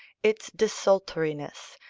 its desultoriness,